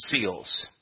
seals